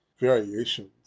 variations